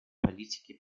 политики